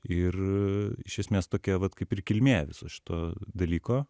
ir iš esmės tokia vat kaip ir kilmė viso šito dalyko